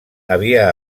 havia